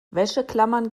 wäscheklammern